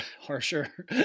harsher